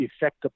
effect